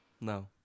No